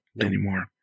anymore